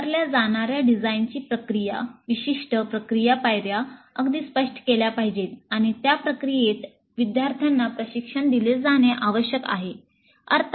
वापरल्या जाणार्या डिझाइनची प्रक्रिया विशिष्ट प्रक्रिया पायऱ्या अगदी स्पष्ट केल्या पाहिजेत आणि त्या प्रक्रियेत विद्यार्थ्यांना प्रशिक्षण दिले जाणे आवश्यक आहे